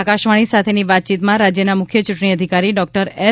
આકાશવાણી સાથેની વાતચીતમાં રાજ્યના મુખ્ય ચૂંટણી અધિકારી ડોક્ટર એસ